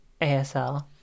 ASL